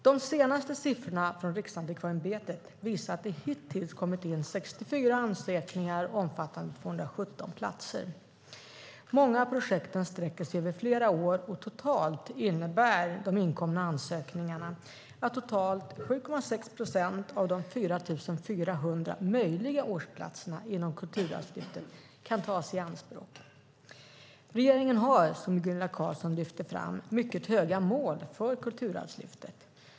De senaste siffrorna från Riksantikvarieämbetet visar att det hittills inkommit 64 ansökningar omfattande 217 platser. Många av projekten sträcker sig över flera år, och totalt innebär de inkomna ansökningarna att totalt 7,6 procent av de 4 400 möjliga årsplatserna inom Kulturarvslyftet kan tas i anspråk. Regeringen har, som Gunilla Carlsson lyfter fram, mycket höga mål för Kulturarvslyftet.